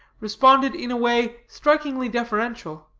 responded in a way strikingly deferential,